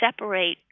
separate